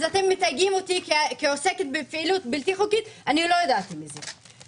אז אתם מתייגים אותי כעוסקת בפעילות בלתי-חוקית ואני לא ידעתי מזה.